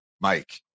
Mike